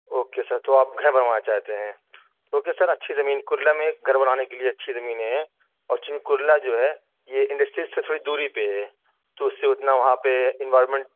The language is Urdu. اوکے سر تو آپ گھر بنوانا چاہتے ہیں اوکے سر اچھی زمین کرلا میں گھر بنانے کے لیے اچھی زمینیں ہیں اور چونکہ کرلا جو ہے یہ انڈسٹیریس سے تھوڑی دوری پہ ہے تو اس سے اتنا وہاں پہ انوائرمنٹ